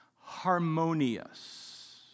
harmonious